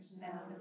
now